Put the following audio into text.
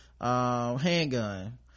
handgun